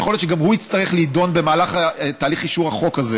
שיכול להיות שגם הוא יצטרך להידון במהלך אישור החוק הזה.